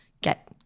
get